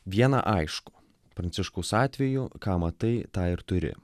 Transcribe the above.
viena aišku pranciškaus atveju ką matai tą ir turi